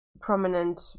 prominent